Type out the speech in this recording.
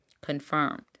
confirmed